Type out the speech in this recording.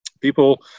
people